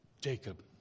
Jacob